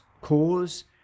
cause